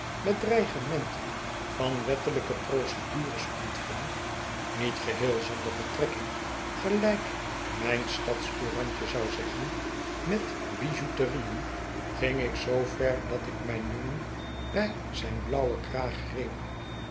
met dreigementen van wettelijke procedures ontving niet geheel zonder betrekking gelijk mijn stadscourantje zou zeggen met bijouterieen ging ik zoo ver dat ik mijn jongen bij zijn blauwen kraag greep